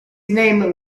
name